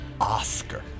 Oscar